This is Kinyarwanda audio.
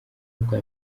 ubwa